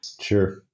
Sure